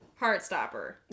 Heartstopper